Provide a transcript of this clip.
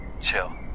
chill